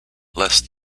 lest